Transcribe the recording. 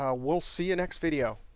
ah we'll see you next video.